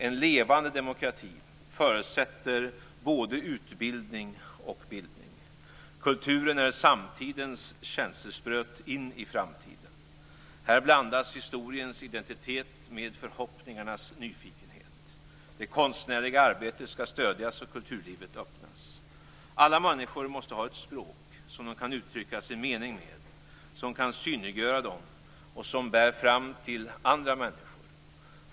En levande demokrati förutsätter både utbildning och bildning. Kulturen är samtidens känselspröt in i framtiden. Här blandas historiens identitet med förhoppningarnas nyfikenhet. Det konstnärliga arbetet skall stödjas och kulturlivet öppnas. Alla människor måste ha ett språk som de kan uttrycka sin mening med, som kan synliggöra dem och som bär fram till andra människor.